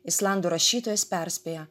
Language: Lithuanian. islandų rašytojas perspėja